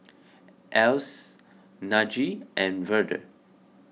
Else Najee and Verda